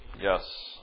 Yes